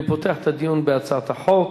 אני פותח את הדיון בהצעת החוק.